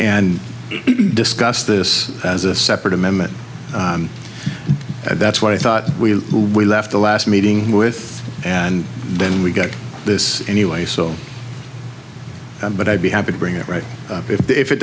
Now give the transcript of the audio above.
and discuss this as a separate amendment and that's what i thought we we left the last meeting with and then we got this anyway so but i'd be happy to bring it right if i